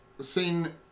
seen